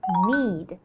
need